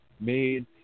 made